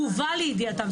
הובא לידיעתם,